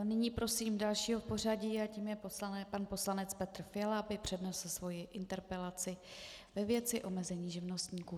Nyní prosím dalšího v pořadí a tím je pan poslanec Petr Fiala, aby přednesl svoji interpelaci ve věci omezení živnostníků.